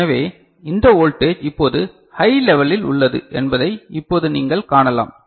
எனவே இந்த வோல்டேஜ இப்போது ஹை லெவலிள் உள்ளது என்பதை இப்போது நீங்கள் காணலாம்